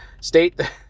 state